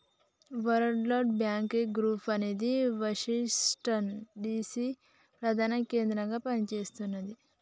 world bank group అనేది Washington DC ప్రధాన కేంద్రంగా పనిచేస్తున్నది